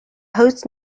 host